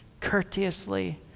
courteously